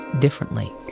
differently